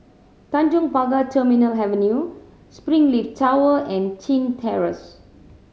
Tanjong Pagar Terminal Avenue Springleaf Tower and Chin Terrace